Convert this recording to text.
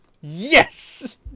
Yes